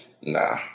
Nah